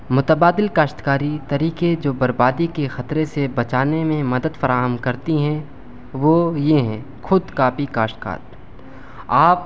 متبادل کاشتکاری طریقے جو بربادی کے خطرے سے بچانے میں مدد فراہم کرتی ہیں وہ یہ ہیں خود کاپی کاشتکار آپ